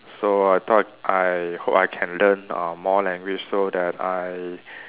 so I thought I hope I can learn uh more language so that I